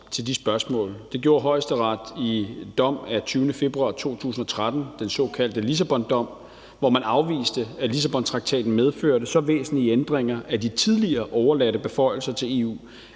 til de spørgsmål. Det gjorde Højesteret i en dom af 20. februar 2013, den såkaldte Lissabondom, hvor man afviste, at Lissabontraktaten medførte så væsentlige ændringer af de tidligere overladte beføjelser til EU,